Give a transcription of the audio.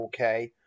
4K